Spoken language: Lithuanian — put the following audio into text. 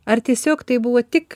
ar tiesiog tai buvo tik